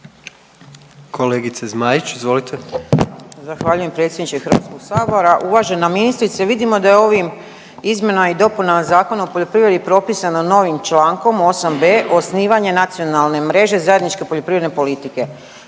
Kolegice Zmaić, izvolite.